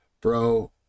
bro